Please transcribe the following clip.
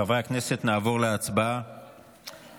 חברי הכנסת, נעבור להצבעה על